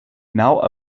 now